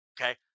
Okay